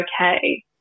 okay